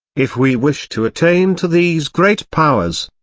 if we wish to attain to these great powers,